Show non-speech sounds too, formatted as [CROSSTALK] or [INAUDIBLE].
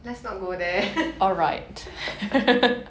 let's not go there [LAUGHS]